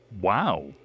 Wow